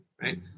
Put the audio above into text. right